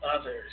others